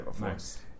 Nice